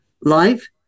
life